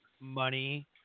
money